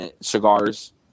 cigars